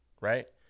right